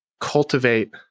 cultivate